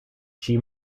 she